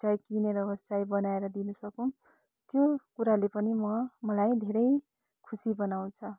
चाहे किनेर होस् चाहे बनाएर दिन सकौँ त्यो कुराले पनि म मलाई धेरै खुसी बनाउँछ